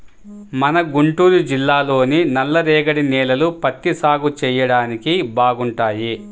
మన గుంటూరు జిల్లాలోని నల్లరేగడి నేలలు పత్తి సాగు చెయ్యడానికి బాగుంటాయి